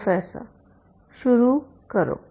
professor शुरू करो